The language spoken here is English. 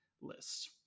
list